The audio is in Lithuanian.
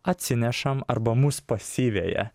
atsinešam arba mus pasiveja